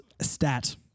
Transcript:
stat